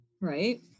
right